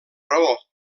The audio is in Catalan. raó